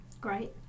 Great